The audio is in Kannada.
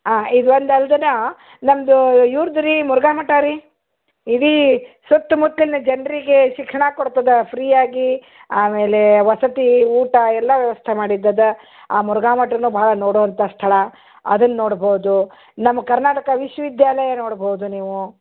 ಆಂ ಇದು ಒಂದು ಅಲ್ದೆ ನಮ್ದು ಇವ್ರ್ದು ರೀ ಮುರುಘಾ ಮಠ ರೀ ಇಡೀ ಸುತ್ತ ಮುತ್ಲಿನ ಜನರಿಗೆ ಶಿಕ್ಷಣ ಕೊಡ್ತದೆ ಫ್ರೀಯಾಗಿ ಆಮೇಲೆ ವಸತಿ ಊಟ ಎಲ್ಲ ವ್ಯವಸ್ಥೆ ಮಾಡಿದ್ದಿದೆ ಆ ಮುರುಘಾ ಮಠನೂ ಭಾಳ ನೋಡುವಂಥ ಸ್ಥಳ ಅದನ್ನ ನೋಡ್ಬೋದು ನಮ್ಮ ಕರ್ನಾಟಕ ವಿಶ್ವ ವಿದ್ಯಾಲಯ ನೋಡ್ಬೋದು ನೀವು